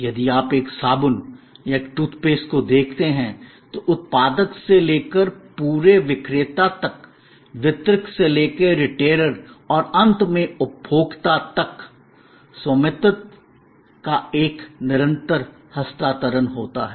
यदि आप एक साबुन या एक टूथपेस्ट को देखते हैं तो उत्पादक से लेकर पूरे विक्रेता तक वितरक से लेकर रिटेलर और अंत में उपभोक्ता तक स्वामित्व का एक निरंतर हस्तांतरण होता है